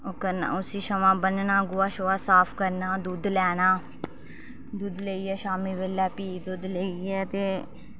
ओह् करना उसी छावां बन्नना गोहा शोआ साफ करना दुध्द लैना दुध्द लेइयै शाम्मी बेल्लै फ्ही दुध्द लेइयै ते